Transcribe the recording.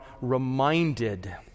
reminded